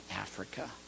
Africa